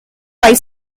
five